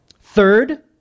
Third